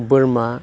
बोरमा